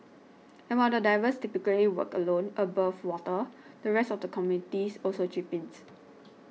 and while the divers typically work alone above water the rest of the communities also chips in